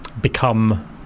become